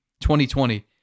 2020